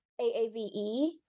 AAVE